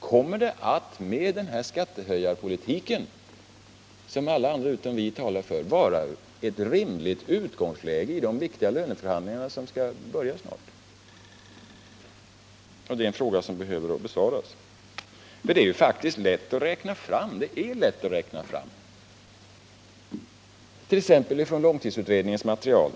Kommer det med den nuvarande skattehöjarpolitiken, som alla andra utom vi talar för, att vara ett rimligt utgångsläge i de viktiga löneförhandlingar som snart skall börja? Det är en fråga som behöver besvaras. Det är faktiskt lätt att räkna fram detta, t.ex. med hjälp av långtidsutredningens material.